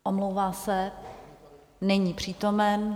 Omlouvám se, není přítomen.